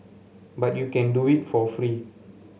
but you can do it for free